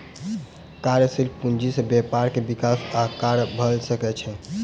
कार्यशील पूंजी से व्यापार के विकास आ कार्य भ सकै छै